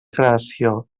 creació